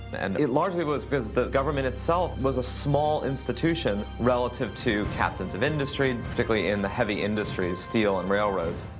and it largely was because the government itself was a small institution relative to captains of industry, and particularly in the heavy industries steel and railroads.